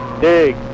dig